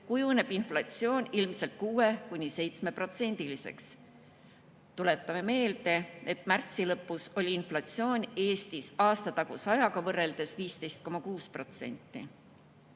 kujuneb inflatsioon ilmselt 6–7%‑liseks. Tuletame meelde, et märtsi lõpus oli inflatsioon Eestis aasta taguse ajaga võrreldes 15,6%.